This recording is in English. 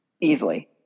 Easily